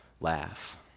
laugh